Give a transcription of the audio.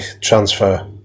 transfer